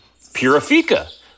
Purifica